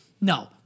No